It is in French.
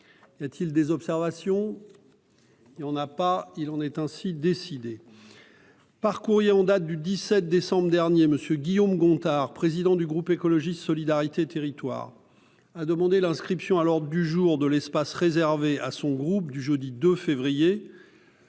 Y a-t-il des observations ?... Il en est ainsi décidé. Par courrier en date du 17 décembre dernier, M. Guillaume Gontard, président du groupe Écologiste - Solidarité et Territoires, a demandé l'inscription à l'ordre du jour de l'espace réservé à son groupe du jeudi 2 février